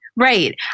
Right